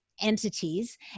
Entities